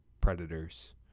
predators